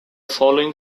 following